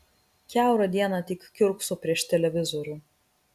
kiaurą dieną tik kiurkso prieš televizorių